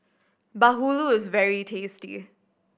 bahulu is very tasty